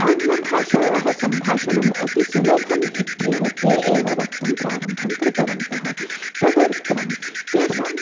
आङ्ग्लभाषायाः सम्भाषणम् अतिसुलभम् इत्येव ते एव वक्तुं प्रारम्भं कृतवन्तः तदर्थं तेषां